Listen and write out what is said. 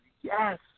Yes